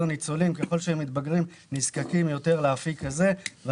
ניצולים נזקקים יותר לאפיק הזה ככל שהם מתבגרים,